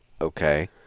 Okay